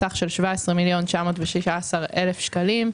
סך של 17,917,000 שקלים.